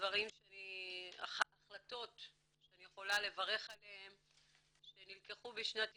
אחת ההחלטות שאני יכולה לברך עליהן שנלקחו בשנת 1996,